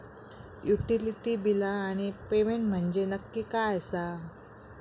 Utility बिला आणि payment म्हंजे नक्की काय आसा?